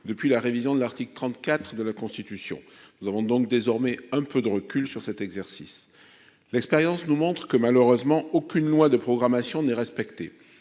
depuis la révision de l'Arctique 34 de la Constitution, nous avons donc désormais un peu de recul sur cet exercice, l'expérience nous montre que, malheureusement, aucune loi de programmation n'est respecté,